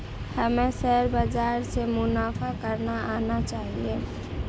हमें शेयर बाजार से मुनाफा करना आना चाहिए